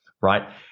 right